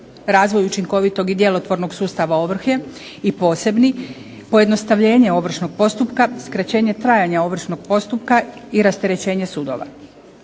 razvoj učinkovitog i djelotvornog sustava ovrhe i posebni pojednostavljenje ovršnog postupka, skraćenje trajanja ovršnog postupka i rasterećenje sudova.